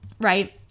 right